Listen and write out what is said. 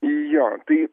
jo tai